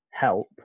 help